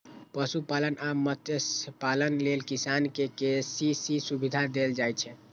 पशुपालन आ मत्स्यपालन लेल किसान कें के.सी.सी सुविधा देल जाइ छै